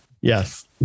Yes